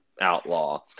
outlaw